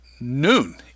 noon